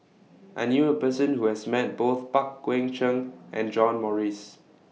I knew A Person Who has Met Both Pang Guek Cheng and John Morrice